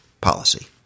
policy